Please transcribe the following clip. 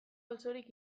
osorik